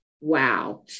wow